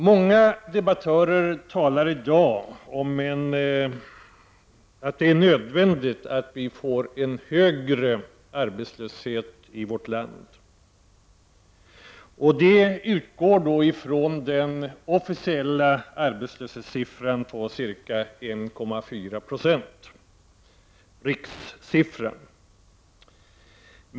Många debattörer talar i dag om att det är nödvändigt med en högre arbetslöshet i vårt land, och de utgår då från den officiella arbetslöshetssiffran på ca 1,4 90, dvs. rikssiffran.